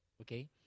Okay